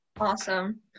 awesome